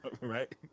Right